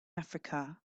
africa